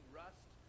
rust